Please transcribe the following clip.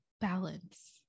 balance